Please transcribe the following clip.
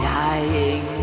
dying